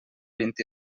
vint